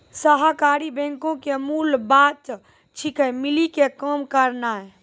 सहकारी बैंको के मूल बात छिकै, मिली के काम करनाय